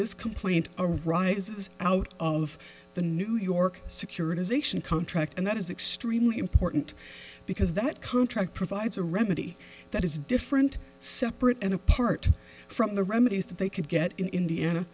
this complaint arises out of the new york securitization contract and that is extremely important because that contract provides a remedy that is different separate and apart from the remedies that they could get in indiana